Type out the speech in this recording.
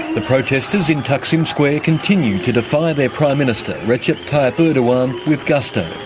the protesters in taksim square continued to defy their prime minister, recep tayyip erdogan, with gusto.